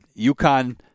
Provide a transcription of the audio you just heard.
UConn